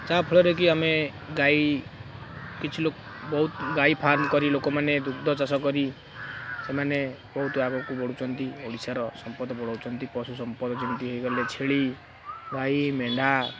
ଯାହାଫଳରେ କି ଆମେ ଗାଈ କିଛି ଲୋକ ବହୁତ ଗାଈ ଫାର୍ମ କରି ଲୋକମାନେ ଦୁଗ୍ଧ ଚାଷ କରି ସେମାନେ ବହୁତ ଆଗକୁ ବଢ଼ୁଛନ୍ତି ଓଡ଼ିଶାର ସମ୍ପଦ ବଢ଼ାଉଛନ୍ତି ପଶୁ ସମ୍ପଦ ଯେମିତି ହୋଇଗଲେ ଛେଳି ଗାଈ ମେଣ୍ଢା